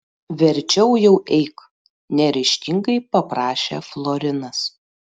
verčiau jau eik neryžtingai paprašė florinas